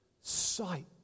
Sight